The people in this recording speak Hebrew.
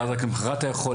ואז רק למוחרת אתה יכול.